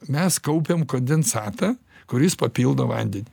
mes kaupiam kondensatą kuris papildo vandenį